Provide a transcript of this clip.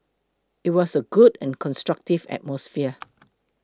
it was a good and constructive atmosphere